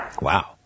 Wow